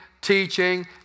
Teaching